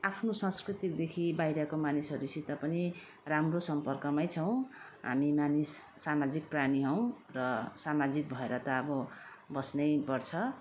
आफ्नो संस्कृतिदेखि बाहिरको मानिसहरूसित पनि राम्रो सम्पर्कमा छौँ हामी मानिस सामजिक प्राणी हौ र सामाजिक भएर त अब बस्नै पर्छ